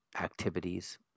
activities